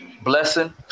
Blessing